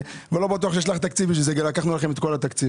לא בטוח שיש לך תקציב בשביל זה כי לקחנו לכם את כל התקציב.